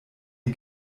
die